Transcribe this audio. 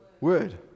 word